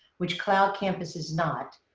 which cloud campus is not.